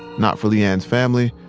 not for le-ann's family,